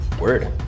Word